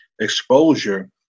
exposure